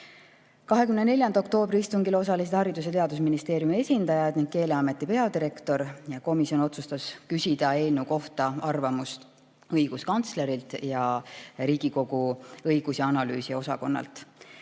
24. oktoobri istungil osalesid ka Haridus- ja Teadusministeeriumi esindajad ning Keeleameti peadirektor. Komisjon otsustas küsida eelnõu kohta arvamust õiguskantslerilt ja Riigikogu õigus- ja analüüsiosakonnalt.